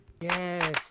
Yes